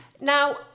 Now